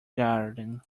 garden